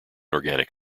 organic